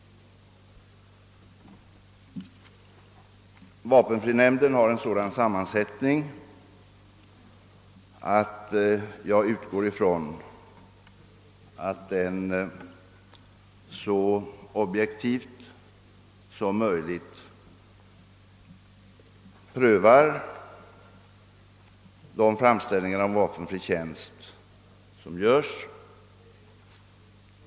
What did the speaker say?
Vapenfrinämnden har en sådan sammansättning att jag utgår från att den så objektivt som möjligt prövar de framställningar om vapenfri tjänst som görs.